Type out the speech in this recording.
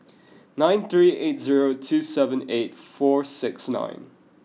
nine three eight zerp two seven eight four six nine